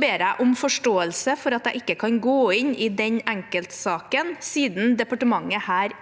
ber jeg om forståelse for at jeg ikke kan gå inn i denne enkeltsaken siden departementet her